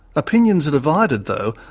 opinions are divided, though,